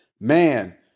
man